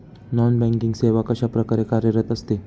Non banking सेवा कशाप्रकारे कार्यरत असते?